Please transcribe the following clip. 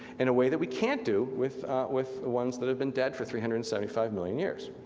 in a way that we can't do with with the ones that have been dead for three hundred and seventy five million years.